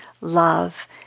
love